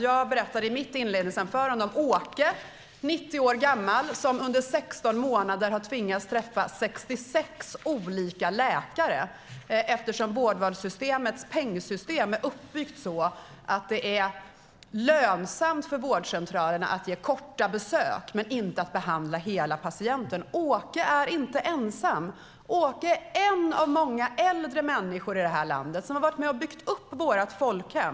Jag berättade i mitt inledningsanförande om Åke, 90 år gammal, som under 16 månader har tvingats träffa 66 olika läkare, eftersom vårdvalssystemets pengsystem är uppbyggt så att det är lönsamt för vårdcentralerna med korta besök men inte att behandla hela patienten. Åke är inte ensam. Åke är en av många äldre människor i det här landet, en av dem som har varit med och byggt upp vårt folkhem.